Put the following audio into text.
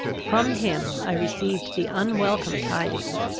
from him i received the unwelcome tidings,